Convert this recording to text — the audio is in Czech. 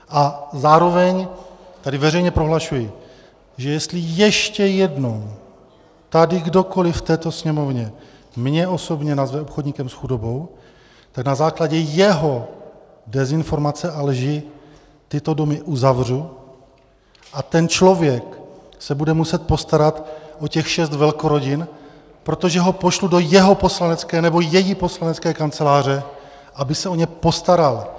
A zároveň tady veřejně prohlašuji, že jestli ještě jednou tady kdokoliv v této Sněmovně mě osobně nazve obchodníkem s chudobou, tak na základě jeho dezinformace a lži tyto domy uzavřu a ten člověk se bude muset postarat o těch šest velkorodin, protože ho pošlu do jeho nebo její poslanecké kanceláře, aby se o ně postaral.